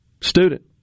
student